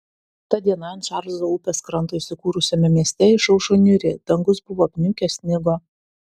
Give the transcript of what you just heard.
ta diena ant čarlzo upės kranto įsikūrusiame mieste išaušo niūri dangus buvo apniukęs snigo